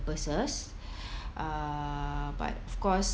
purposes uh but of course